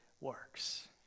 works